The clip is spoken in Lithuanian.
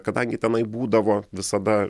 kadangi tenai būdavo visada